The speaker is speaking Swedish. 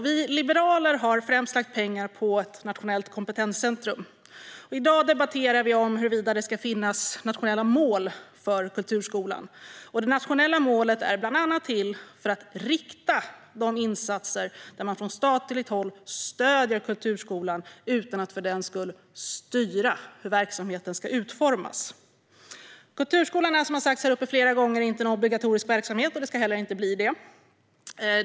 Vi liberaler har lagt pengar främst på ett nationellt kompetenscentrum. I dag debatterar vi huruvida det ska finnas nationella mål för kulturskolan. De nationella målen är bland annat till för att rikta insatserna dit där man från statligt håll stöder kulturskolan utan att för den skull styra hur verksamheten ska utformas. Kulturskolan är, som har sagts här flera gånger, inte en obligatorisk verksamhet och ska inte heller bli det.